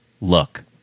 look